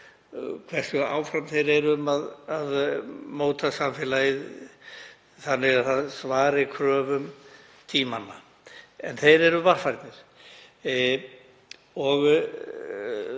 hversu áfram þeir eru um að móta samfélagið þannig að það svari kröfum tímans. En þeir eru varfærnir.